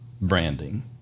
branding